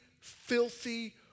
filthy